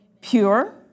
pure